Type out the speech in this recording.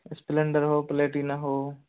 Splendor हो Platina हो